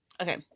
Okay